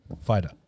fighter